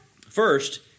First